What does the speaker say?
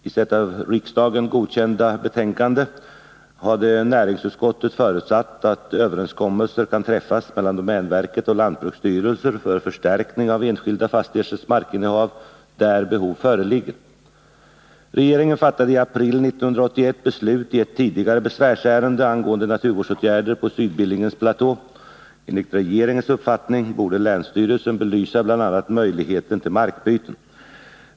I sitt av riksdagen godkända betänkande hade näringsutskottet förutsatt att överenskommelser kan träffas mellan domänverket och lantbruksstyrelsen för förstärkning av enskilda fastigheters markinnehav där behov föreligger. Regeringen fattade i april 1981 beslut i ett tidigare besvärsärende angående naturvårdsåtgärder på Sydbillingens platå. Enligt regeringens uppfattning borde länsstyrelsen belysa bl.a. möjligheten till markbyten.